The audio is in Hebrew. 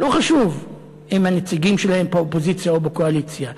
לא חשוב אם הנציגים שלהם באופוזיציה או בקואליציה.